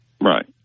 Right